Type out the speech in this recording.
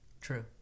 True